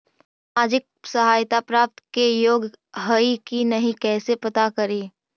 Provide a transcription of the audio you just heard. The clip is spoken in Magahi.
सामाजिक सहायता प्राप्त के योग्य हई कि नहीं कैसे पता करी?